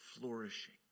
flourishing